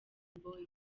boyz